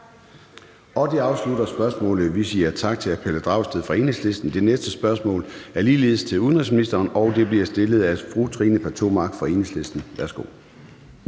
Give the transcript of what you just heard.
Det afslutter spørgsmålet. Vi siger tak til hr. Pelle Dragsted fra Enhedslisten. Det næste spørgsmål er ligeledes til udenrigsministeren, og det bliver stillet af fru Trine Pertou Mach fra Enhedslisten. Kl.